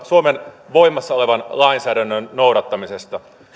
suomen voimassa olevan lainsäädännön noudattamisesta